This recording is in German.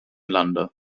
lande